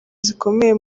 zikomeye